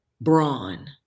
brawn